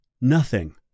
Nothing